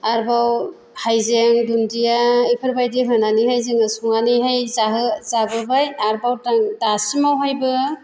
आरोबाव हाइजें दुन्दिया बेफोरबायदि होनानैहाय जोङो संनानैहाय जाबोबाय आरोबाव जों दासिमावहायबो